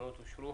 התקנות אושרו.